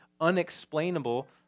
unexplainable